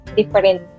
different